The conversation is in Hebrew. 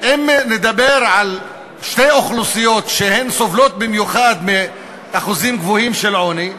אם נדבר על שתי אוכלוסיות שסובלות במיוחד מאחוזים גבוהים של עוני,